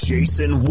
Jason